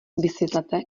vysvětlete